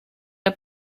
der